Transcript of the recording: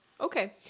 Okay